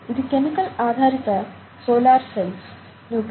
ఇది కెమికల్ ఆధారిత solar cells ని ఉపయోగించి లైట్ ని సంగ్రహిస్తుంది